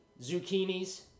zucchinis